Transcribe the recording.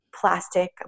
plastic